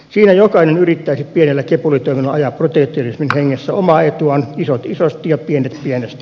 siinä jokainen yrittäisi pienellä kepulitoimella ajaa protektionismin hengessä omaa etuaan isot isosti ja pienet pienesti